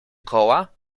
koła